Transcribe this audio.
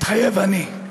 מתחייב אני.